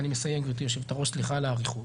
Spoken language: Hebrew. ואני מסיים גברתי יושבת הראש, סליחה על האריכות.